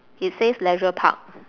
it says leisure park